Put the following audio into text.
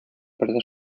perder